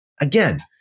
Again